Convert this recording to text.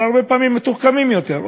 אבל הרבה פעמים הם מתוחכמים יותר,